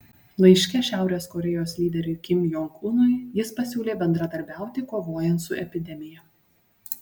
laiške šiaurės korėjos lyderiui kim jong unui jis pasiūlė bendradarbiauti kovojant su epidemija